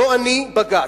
לא אני, בג"ץ.